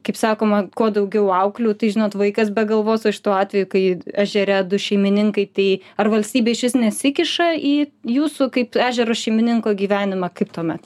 kaip sakoma kuo daugiau auklių tai žinot vaikas be galvos o šituo atveju kai ežere du šeimininkai tai ar valstybė išvis nesikiša į jūsų kaip ežero šeimininko gyvenimą kaip tuomet